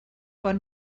bon